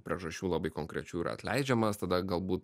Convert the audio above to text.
priežasčių labai konkrečių yra atleidžiamas tada galbūt